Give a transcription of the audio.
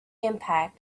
impact